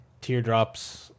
teardrops